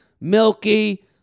milky